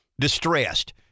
distressed